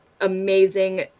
amazing